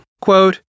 quote